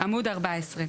עמוד 14,